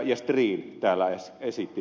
gestrin täällä esitti